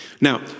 Now